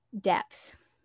depth